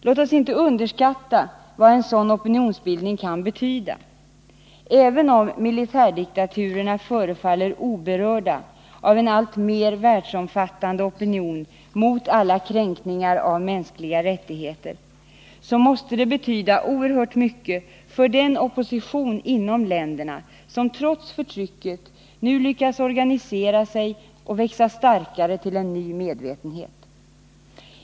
Låt oss inte underskatta vad en sådan opinionsbildning kan betyda. Även om militärdiktaturerna förefaller oberörda av en alltmer världsomfattande opinion mot alla kränkningar av mänskliga rättigheter, måste den betyda oerhört mycket för den opposition inom länderna som trots förtrycket nu lyckas organisera sig och växa starkare till en ny medvetenhet.